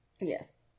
Yes